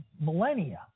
millennia